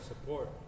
support